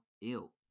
ill